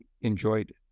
enjoyed